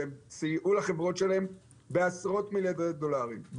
הם סייעו לחברות שלהם בעשרות מיליוני דולרים.